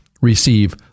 receive